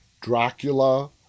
Dracula